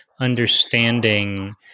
understanding